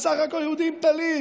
בסך הכול יהודי עם טלית,